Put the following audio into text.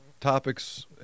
topics